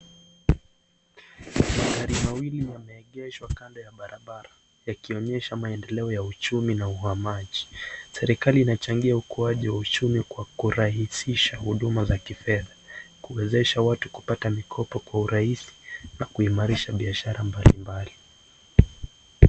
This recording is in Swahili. Magari mawili yameegeshwa kando ya barabara, yakionyesha maendelea ya uchumi na uhamaji, serikali inachangia ukuaji wa uchu Kwa kurahisisha huduma za kifedha, kuwezesha watu kupata mikopo Kwa urahisi na kuimarisha biashara mbalimbali.